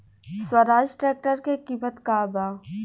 Swaraj tractor के किमत का बा?